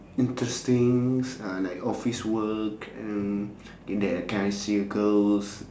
interesting uh like office work and